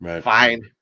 fine